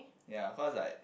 ya cause I